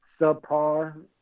subpar